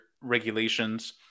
regulations